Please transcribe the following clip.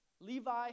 Levi